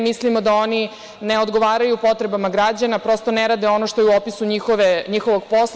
Mislimo da oni ne odgovaraju potrebama građana, prosto ne rade ono što je u opisu njihovog posla.